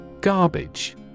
Garbage